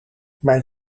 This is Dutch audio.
mijn